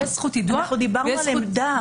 יש זכות יידוע ויש זכות --- דיברנו על עמדה.